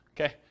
Okay